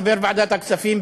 חבר ועדת הכספים,